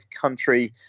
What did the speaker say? country